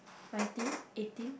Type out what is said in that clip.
nineteen eighteen